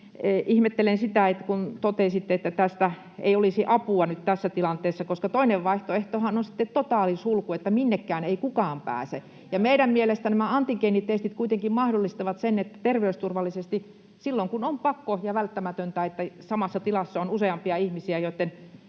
ihmettelen sitä, kun totesitte, että tästä ei olisi apua nyt tässä tilanteessa, koska toinen vaihtoehtohan on sitten totaalisulku, että minnekään ei kukaan pääse, ja meidän mielestämme nämä antigeenitestit kuitenkin mahdollistavat sen, että ollaan terveysturvallisesti silloin, kun on pakko ja välttämätöntä, että samassa tilassa on useampia ihmisiä, joitten